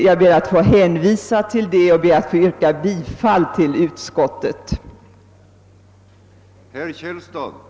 Jag ber att få hänvisa till det och yrkar bifall till utskottets hemställan.